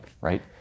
right